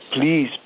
please